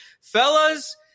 Fellas